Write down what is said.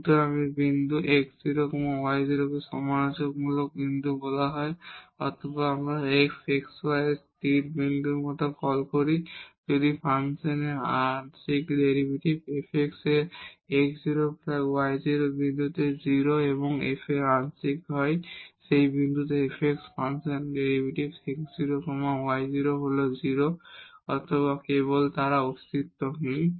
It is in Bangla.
সুতরাং বিন্দু x0 y0 কে ক্রিটিকাল পয়েন্ট বলা হয় অথবা আমরা f x y এর স্থির বিন্দুর মতো কল করি যদি ফাংশনের আংশিক ডেরিভেটিভ fx এই x0 y0 বিন্দুতে 0 এবং f আংশিক হয় সেই বিন্দুতে fy ফাংশনের ডেরিভেটিভ x0 y0 হল 0 অথবা কেবল তারা অস্তিত্বহীন